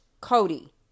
Cody